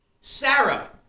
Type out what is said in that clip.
Sarah